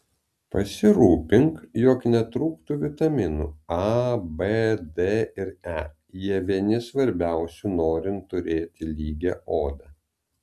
pasirūpink jog netrūktų vitaminų a b d ir e jie vieni svarbiausių norint turėti lygią odą